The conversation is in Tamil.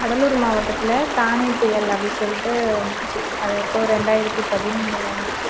கடலூர் மாவட்டத்தில் தானே புயல் அப்படி சொல்லிட்டு வந்துச்சு அது எப்போ ரெண்டாயிரத்து பதினொன்றுல வந்துச்சு